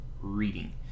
reading